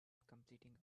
completing